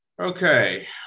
Okay